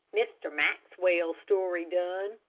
mr. maxwell's story done,